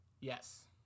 Yes